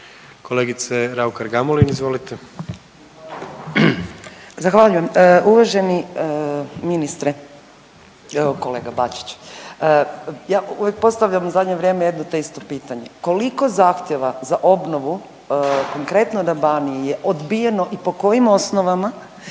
izvolite. **Raukar-Gamulin, Urša (Možemo!)** Zahvaljujem. Uvaženi ministre, kolega Bačić, ja postavljam u zadnje vrijeme jedno te isto pitanje. Koliko zahtjeva za obnovu konkretno na Baniji je odbijeno i po kojim osnovama